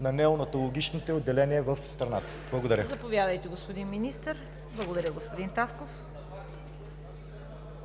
на неонатологичните отделения в страната? Благодаря. ПРЕДСЕДАТЕЛ ЦВЕТА КАРАЯНЧЕВА: Заповядайте, господин Министър. Благодаря, господин Тасков.